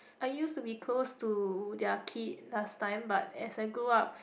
I used to be close to their kid last time but as I grow up